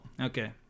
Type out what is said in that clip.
okay